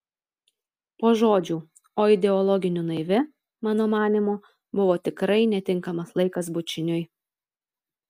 po žodžių o ideologiniu naivi mano manymu buvo tikrai netinkamas laikas bučiniui